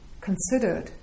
considered